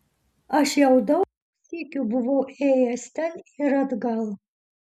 aš jau daug sykių buvau ėjęs ten ir atgal